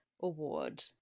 award